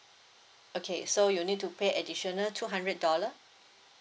okay so you need to pay additional two hundred dollar